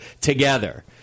together